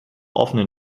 offenen